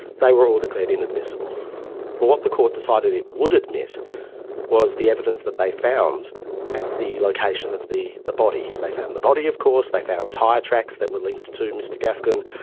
they were all declared inadmissible. but what the court decided it would admit was the evidence that they found at the location of the the body. they found the body of course, they found tyre tracks that were linked to mr gafgen,